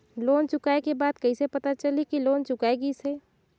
Loan चुकाय के बाद कइसे पता चलही कि लोन चुकाय गिस है?